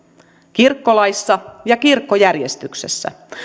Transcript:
kirkkolaissa ja kirkkojärjestyksessä